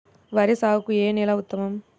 వరి సాగుకు ఏ నేల ఉత్తమం?